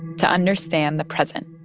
to understand the present